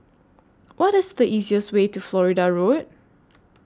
What IS The easiest Way to Florida Road